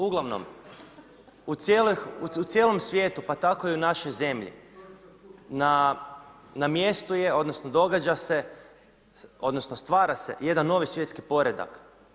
Uglavnom, u cijelom svijetu, pa tako i u našoj zemlji, na mjestu je odnosno događa se odnosno stvara se jedan novi svjetski poredak.